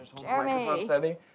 Jeremy